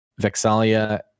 Vexalia